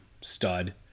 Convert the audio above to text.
stud